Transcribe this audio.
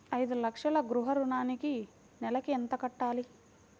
ఐదు లక్షల గృహ ఋణానికి నెలకి ఎంత కట్టాలి?